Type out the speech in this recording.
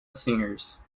singers